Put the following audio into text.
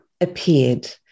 appeared